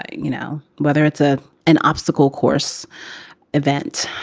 ah you know, whether it's a an obstacle course event,